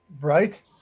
Right